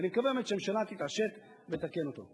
ואני מקווה באמת שהממשלה תתעשת ותתקן אותו.